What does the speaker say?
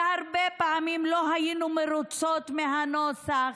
והרבה פעמים לא היינו מרוצות מהנוסח,